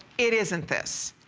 it isn't this.